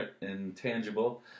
intangible